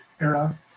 era